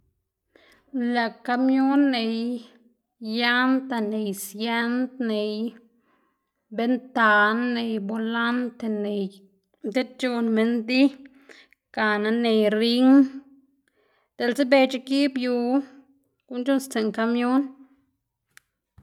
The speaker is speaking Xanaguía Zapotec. lëꞌ kamion ney yanta, ney siëd, ney bentan, ney bolante, ney diꞌt c̲h̲on minn di gana ney rin diꞌltse bec̲h̲e giꞌb yu guꞌn chuꞌnnstsiꞌn kamion.